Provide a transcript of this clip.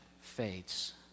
fades